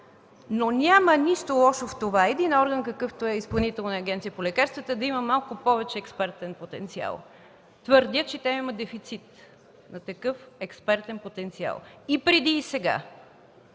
но няма нищо лошо в това един орган, какъвто е Изпълнителната агенция по лекарствата, да има малко повече експертен потенциал. Твърдя, че тя има дефицит на такъв експертен потенциал – и преди, и сега.